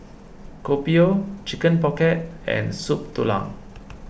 Kopi O Chicken Pocket and Soup Tulang